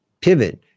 pivot